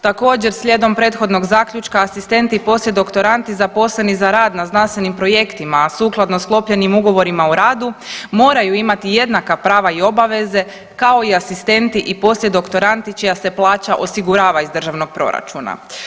Također, slijedom prethodnog zaključka, asistenti i poslijedoktorandi zaposleni za rad na znanstvenim projektima, a sukladno sklopljenim ugovorima o radu, moraju imati jednaka prava i obaveze kao i asistenti i poslijedoktorandi čija se plaća osigurava iz državnog proračuna.